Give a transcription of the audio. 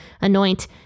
anoint